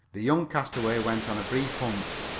the young castaway went on a brief hunt.